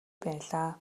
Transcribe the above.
байлаа